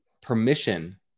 permission